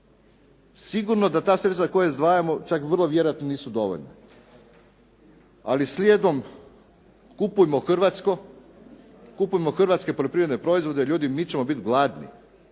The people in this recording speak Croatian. Sigurno da ta sredstva koja izdvajamo čak vrlo vjerojatno nisu dovoljna, ali slijedom "Kupujmo hrvatsko", kupujmo hrvatske poljoprivredne proizvode ljudi mi ćemo biti gladni,